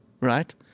right